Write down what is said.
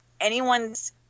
anyone's